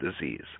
disease